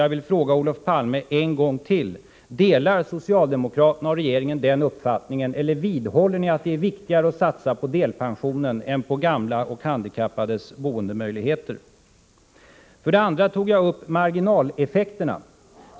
Jag vill fråga Olof Palme ännu en gång: Delar socialdemokraterna och regeringen den uppfattningen, eller vidhåller ni att det är viktigare att satsa på delpensionen än på gamlas och handikappades boendemöjligheter? För det andra tog jag upp marginaleffekterna.